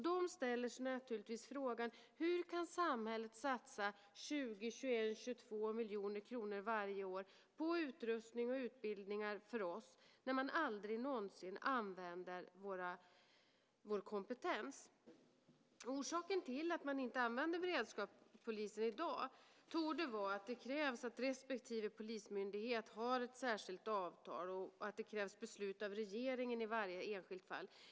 De ställer sig naturligtvis frågan: Hur kan samhället satsa 20, 21 eller 22 miljoner kronor varje år på utrustning och utbildning för oss när man aldrig någonsin använder vår kompetens? Orsaken till att man inte använder beredskapspolisen i dag torde vara att det krävs att respektive polismyndighet har ett särskilt avtal och att det krävs beslut av regeringen i varje enskilt fall.